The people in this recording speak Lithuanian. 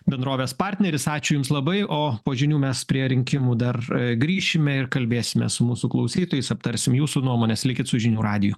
bendrovės partneris ačiū jums labai o po žinių mes prie rinkimų dar grįšime ir kalbėsime su mūsų klausytojais aptarsim jūsų nuomonės likit su žinių radiju